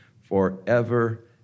forever